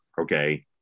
okay